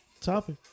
Topic